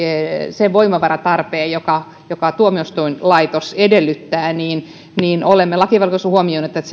se voimavaratarve jonka jonka tuomioistuinlaitos edellyttää niin niin olemme lakivaliokunnassa huomauttaneet että